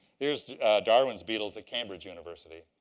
here's darwin's beetles at cambridge university.